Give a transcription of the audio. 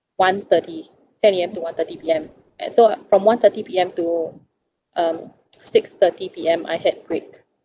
one thirty ten A_M to one thirty P_M and so from one thirty P_M to um six thirty P_M I had break